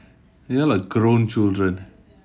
you are like grown children